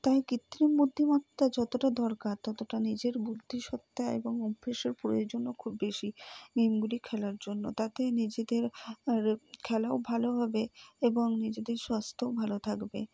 তাই কৃত্রিম বুদ্ধিমত্তা যতটা দরকার ততটা নিজের বুদ্ধিসত্তা এবং অভ্যেসের প্রয়োজনও খুব বেশি গেমগুলি খেলার জন্য তাতে নিজেদের খেলাও ভালো হবে এবং নিজেদের স্বাস্থ্যও ভালো থাকবে